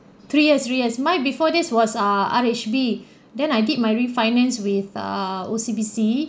three years three years mine before this was err R_H_B then I did my refinance with err O_C_B_C